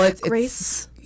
Grace